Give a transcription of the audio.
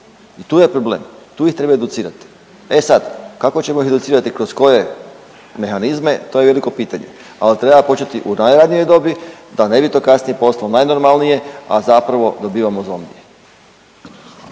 i tu je problem, tu ih treba educirati. E sad kako ćemo ih educirati, kroz koje mehanizme, to je veliko pitanje. Al treba početi u najranijoj dobi da ne bi to kasnije postalo najnormalnije, a zapravo dobivamo zombije.